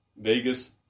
Vegas